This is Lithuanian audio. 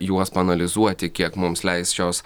juos paanalizuoti kiek mums leis šios